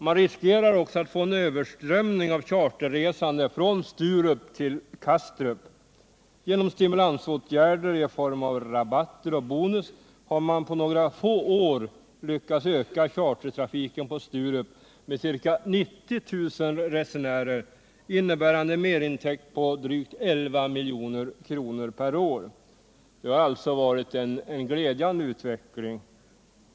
Man riskerar också att få en överströmning av charterresande från Sturup till Kastrup. Genom stimulansåtgärder i form av rabatter och bonus har man på några få år lyckats öka chartertrafiken på Sturup med ca 90 000 resenärer, innebärande en merintäkt på drygt 11 milj.kr. per år. Det har alltså varit en glädjande utveckling.